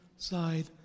side